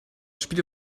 spiel